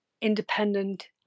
independent